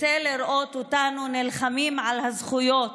רוצה לראות אותנו נלחמים על הזכויות,